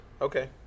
Okay